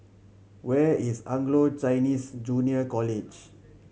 where is Anglo Chinese Junior College